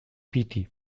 piti